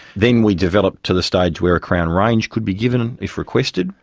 then we developed to the stage where a crown range could be given if requested,